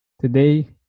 Today